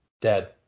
dead